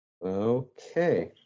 Okay